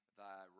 thy